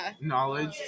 Knowledge